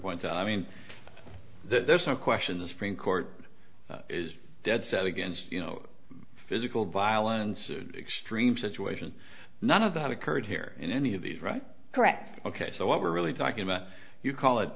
what i mean there's no question the supreme court is dead set against you know physical violence extreme situation none of that occurred here in any of these right correct ok so what we're really talking about you call it